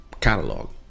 catalog